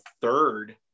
third